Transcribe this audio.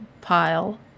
pile